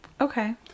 okay